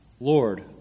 Lord